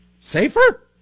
Safer